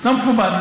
לא מכובד.